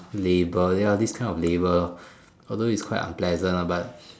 labour ya this kind of labour although it's quite unpleasant lah but